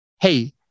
Hey